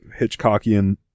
Hitchcockian